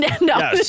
No